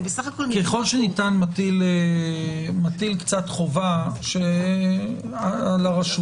ככל שניתן מטיל קצת חובה על הרשות,